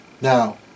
Now